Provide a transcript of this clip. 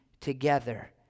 together